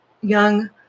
young